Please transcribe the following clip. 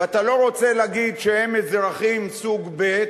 ואתה לא רוצה להגיד שהם אזרחים סוג ב',